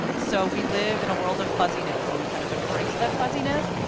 um so we live in a world of fuzziness, and we kind of embrace that fuzziness,